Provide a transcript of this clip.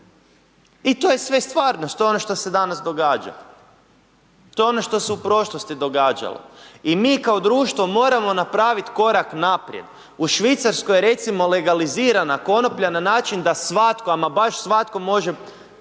I to je sve stvarnost, to je ono što se danas događa, to je ono što se u prošlosti događalo i mi kao društvo moramo napravit korak naprijed, u Švicarskoj je recimo legalizirana konoplja na način da svatko, ama baš svatko može